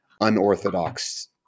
unorthodox